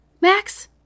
Max